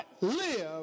Live